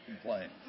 complain